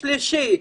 שלישי,